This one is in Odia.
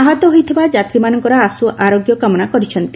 ଆହତ ହୋଇଥିବା ଯାତ୍ରୀମାନଙ୍କର ଆଶୁ ଆରୋଗ୍ୟ କାମନା କରିଛନ୍ତି